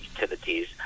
utilities